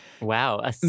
Wow